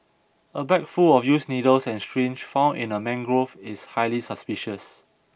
a bag full of used needles and syringes found in a mangrove is highly suspicious